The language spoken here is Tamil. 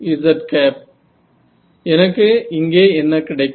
rz எனக்கு இங்கே என்ன கிடைக்கும்